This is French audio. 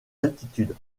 altitude